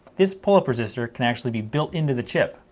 this pull-up resistor can actually be built in to the chip,